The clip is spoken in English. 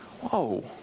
whoa